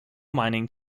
mining